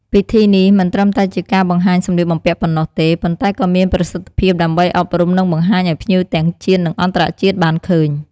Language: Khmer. ពិធីនេះមិនត្រឹមតែជាការបង្ហាញសម្លៀកបំពាក់ប៉ុណ្ណោះទេ ប៉ុន្តែក៏មានប្រសិទ្ធភាពដើម្បីអប់រំ និងបង្ហាញអោយភ្ញៀវទាំងជាតិ និងអន្តរជាតិ បានឃើញ។